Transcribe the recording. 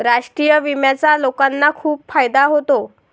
राष्ट्रीय विम्याचा लोकांना खूप फायदा होतो